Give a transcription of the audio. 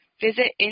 Visit